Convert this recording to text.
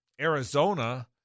Arizona